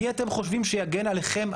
מי אתם חושבים שיגן עליכם,